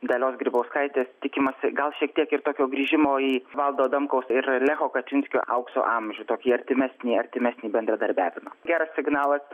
dalios grybauskaitės tikimasi gal šiek tiek ir tokio grįžimo į valdo adamkaus ir lecho kačinskio aukso amžių tokį artimesnį artimesnį bendradarbiavimą geras signalas